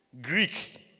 Greek